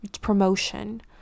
promotion